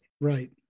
Right